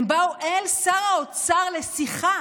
הם באו אל שר האוצר לשיחה